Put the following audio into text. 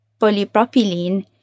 polypropylene